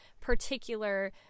particular